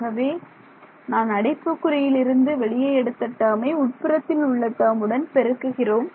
ஆகவே நான் அடைப்புக்குறி இருந்து வெளியே எடுத்த டேர்மை உட்புறத்தில் உள்ள டேர்ம் உடன் பெருக்குகிறோம்